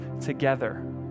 together